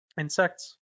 insects